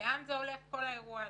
ולאן הולך כל האירוע הזה.